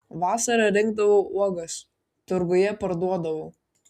vasarą rinkdavau uogas turguje parduodavau